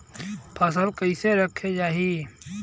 फसल के कैसे रखे की फसल में नमी ना आवा पाव?